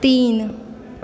तीन